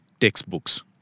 textbooks